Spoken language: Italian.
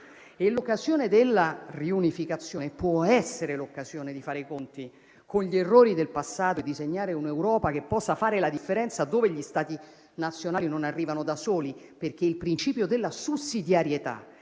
L'occasione della riunificazione può essere l'occasione di fare i conti con gli errori del passato e di segnare un'Europa che possa fare la differenza, dove gli Stati nazionali non arrivano da soli, perché il principio della sussidiarietà